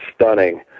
stunning